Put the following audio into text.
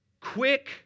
quick